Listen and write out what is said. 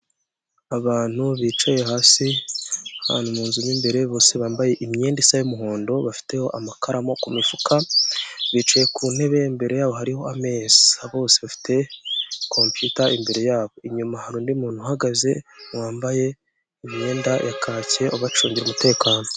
Abantu bicaye hasi ahanu mu inzu m'imbere, bose bambaye imyenda is'umuhondo, bafiteho amakaramu ku mifuka, bicaye ku ntebe imbere yabo hariho ameza bose bafite copiyuta, imbere yabo inyuma hari undi muntu uhagaze wambaye imyenda ya kake ubacungira umutekano.